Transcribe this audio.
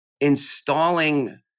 installing